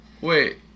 wait